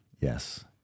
Yes